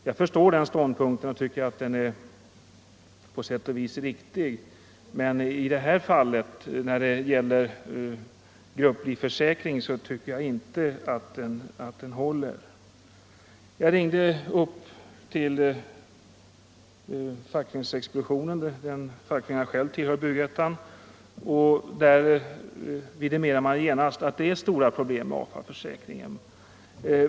Jag förstår den ståndpunkten och tycker att den på sätt och vis är riktig, men när det gäller grupplivförsäkringen tycker jag inte att den håller. När jag ringde till min egen fackföreningsexpedition, alltså till Byggettan, vidimerade man där genast att det är stora problem med AFA försäkringen.